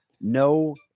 No